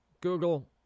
Google